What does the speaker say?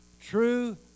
true